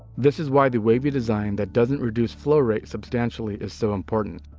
this is why the wavy design, that doesn't reduce flow rate substantially is so important.